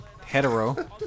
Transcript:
hetero